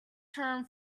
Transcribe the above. term